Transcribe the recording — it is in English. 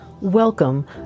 Welcome